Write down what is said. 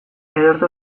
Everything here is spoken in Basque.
ederto